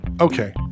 Okay